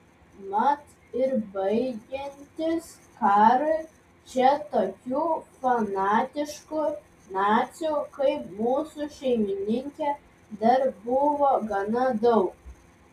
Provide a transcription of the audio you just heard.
mat ir baigiantis karui čia tokių fanatiškų nacių kaip mūsų šeimininkė dar buvo gana daug